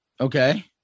Okay